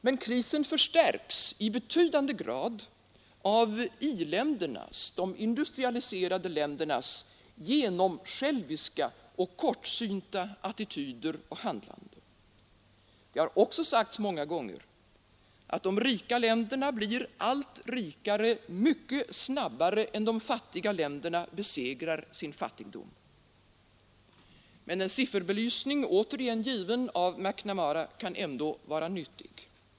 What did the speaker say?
Men den förstärks, i betydande grad, av i-ländernas genomsjälviska — och kortsynta — attityder och handlande. Det har också sagts många gånger att de rika länderna blir allt rikare mycket snabbare än de fattiga länderna besegrar sin fattigdom. Men en sifferbelysning, återigen given av McNamara, kan ändå vara nyttig.